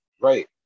Right